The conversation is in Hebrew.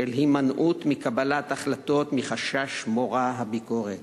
של הימנעות מקבלת החלטות מחשש מורא הביקורת.